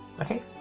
okay